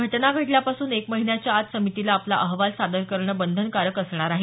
घटना घडल्यापासून एक महिन्याच्या आत समितीला आपला अहवाल सादर करणं बंधनकारक असणार आहे